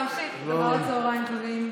אחר הצוהריים טובים,